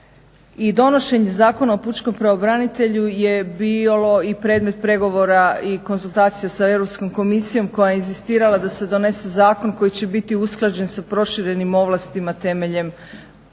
I donošenje Zakona o pučkom pravobranitelju je bilo i predmet pregovora i konzultacija s Europskom komisijom koja je inzistirala da se donese zakon koji će biti usklađen sa proširenim ovlastima temeljem